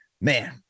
man